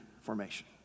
formation